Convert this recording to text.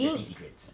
dirty secrets